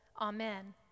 Amen